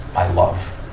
i love,